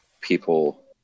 people